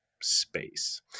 space